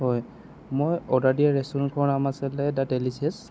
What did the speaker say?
হয় মই অৰ্ডাৰ দিয়া ৰেষ্টুৰেণ্টখনৰ নাম আছিলে দা ডেলিচিয়াছ